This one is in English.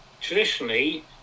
Traditionally